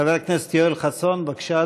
חבר הכנסת יואל חסון, בבקשה,